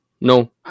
No